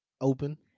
Open